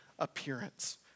appearance